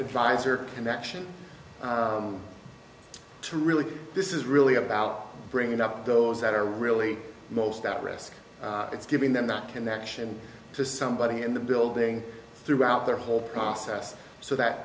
advisor connection to really this is really about bringing up those that are really most at risk it's giving them that connection to somebody in the building throughout their whole process so that